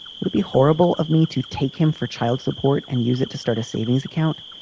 would it be horrible of me to take him for child support and use it to start a savings account,